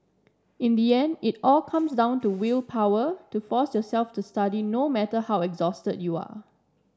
in the end it all comes down to willpower to force yourself to study no matter how exhausted you are